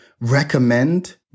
recommend